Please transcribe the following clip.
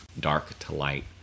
DARKTOLIGHT